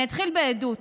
אני אתחיל בעדות.